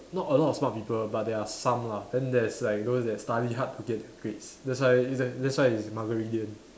not a lot of smart people but there are some lah then there's like those they study hard to get grades that's why that's why is muggeridian